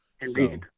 Indeed